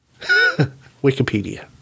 Wikipedia